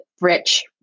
rich